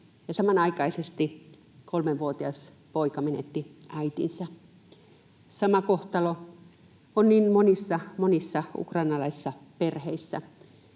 samanaikaisesti kolmevuotias poika menetti äitinsä. Sama kohtalo on niin monissa, monissa ukrainalaisissa perheissä.